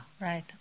right